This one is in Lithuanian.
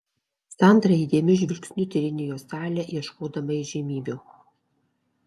sandra įdėmiu žvilgsniu tyrinėjo salę ieškodama įžymybių